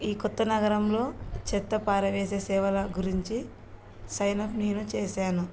ఈ కొత్త నగరంలో చెత్తపారవేసే సేవల గురించి సైన్ అప్ నేను చేశాను